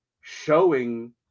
showing